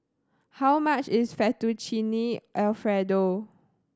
how much is Fettuccine Alfredo